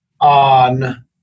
on